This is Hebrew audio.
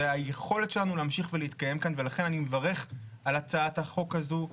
זה היכולת שלנו להמשיך ולהתקיים כאן ולכן אני מברך על הצעת החוק הזו,